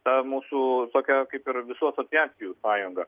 ta mūsų tokia kaip ir visų asociacijų sąjunga